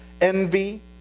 envy